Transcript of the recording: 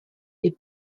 est